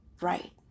right